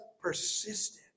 persistent